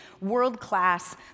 world-class